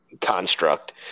construct